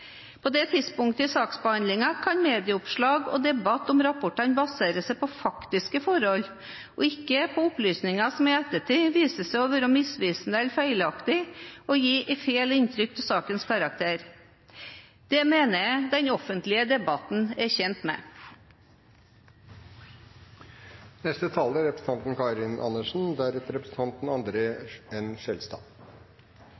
På dette tidspunktet i saksbehandlingen kan medieoppslag og debatt om rapportene basere seg på faktiske forhold, og ikke på opplysninger som i ettertid viser seg å være misvisende eller feilaktige, og gi et feil inntrykk av sakens karakter. Det mener jeg den offentlige debatten er